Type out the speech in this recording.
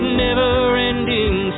never-ending